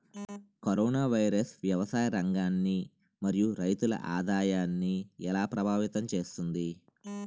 Corona virus వ్యవసాయ రంగాన్ని మరియు రైతుల ఆదాయాన్ని ఎలా ప్రభావితం చేస్తుంది?